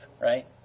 right